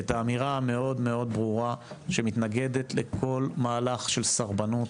את האמירה המאוד מאוד ברורה שמתנגדת לכל מהלך של סרבנות,